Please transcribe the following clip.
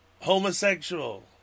homosexual